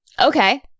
Okay